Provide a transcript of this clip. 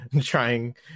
trying